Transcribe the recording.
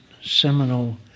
seminal